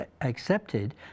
accepted